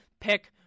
pick